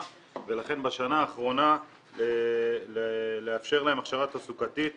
ולכן בשנה האחרונה לאפשר להם הכשרה תעסוקתית